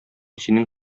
синең